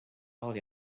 all